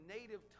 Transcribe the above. native